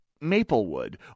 Maplewood